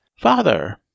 Father